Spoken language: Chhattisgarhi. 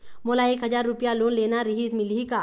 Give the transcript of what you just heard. मोला एक हजार रुपया लोन लेना रीहिस, मिलही का?